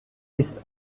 ist